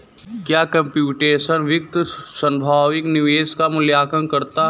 क्या कंप्यूटेशनल वित्त संभावित निवेश का मूल्यांकन करता है?